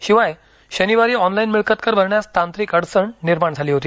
शिवाय शनिवारी ऑनलाईन मिळकतकर भरण्यास तांत्रिक अडचण निर्माण झाली होती